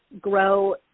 grow